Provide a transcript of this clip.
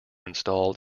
installed